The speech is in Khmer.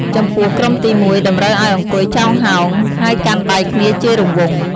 ចំពោះក្រុមទី១ តម្រូវឲ្យអង្គុយចោងហោង ហើយកាន់ដៃគ្នាជារង្វង់។